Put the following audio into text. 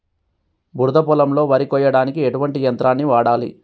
బురద పొలంలో వరి కొయ్యడానికి ఎటువంటి యంత్రాన్ని వాడాలి?